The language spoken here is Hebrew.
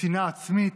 בשנאה עצמית,